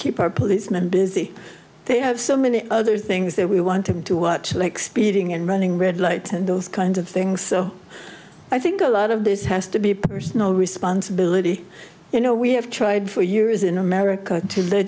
keep our policemen busy they have so many other things that we want to do what like speeding and running red lights and those kinds of things i think a lot of this has to be personal responsibility you know we have tried for years in america to